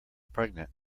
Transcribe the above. pregnant